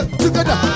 together